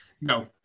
No